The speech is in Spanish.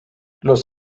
los